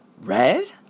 Red